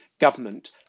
government